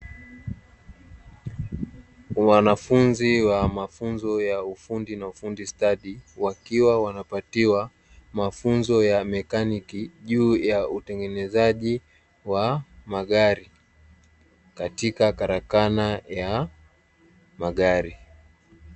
Wanafunzi wa mafunzo ya ufundi na ufundi stadi, wakiwa wanapatiwa mafunzo ya mekaniki juu ya utengenezaji wa magari, katika karakana ya magari.